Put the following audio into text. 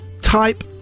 type